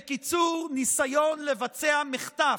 בקיצור, ניסיון לבצע מחטף.